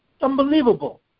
unbelievable